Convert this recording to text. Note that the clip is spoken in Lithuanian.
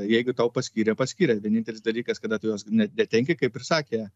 jeigu tau paskyrė paskyrė vienintelis dalykas kada tu jos net netenki kaip ir sakė